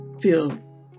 feel